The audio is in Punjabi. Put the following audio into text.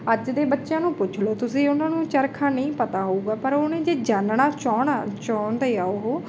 ਅੱਜ ਦੇ ਬੱਚਿਆਂ ਨੂੰ ਪੁੱਛ ਲਓ ਤੁਸੀਂ ਉਹਨਾਂ ਨੂੰ ਚਰਖਾ ਨਹੀਂ ਪਤਾ ਹੋਵੇਗਾ ਪਰ ਉਹਨੇ ਜੇ ਜਾਨਣਾ ਚਾਹੁਣ ਚਾਉਂਦੇ ਆ ਉਹ